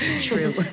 true